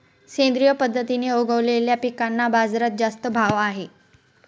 सेंद्रिय पद्धतीने उगवलेल्या पिकांना बाजारात जास्त भाव आहे